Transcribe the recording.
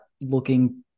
looking